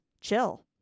chill